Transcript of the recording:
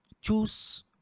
choose